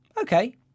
Okay